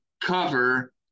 cover